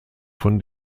von